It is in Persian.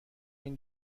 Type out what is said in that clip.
این